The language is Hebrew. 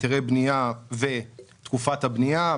היתרי בנייה ותקופת הבנייה,